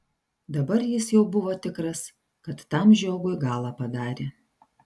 dabar jis jau buvo tikras kad tam žiogui galą padarė